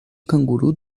canguru